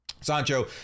sancho